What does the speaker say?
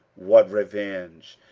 what revenge!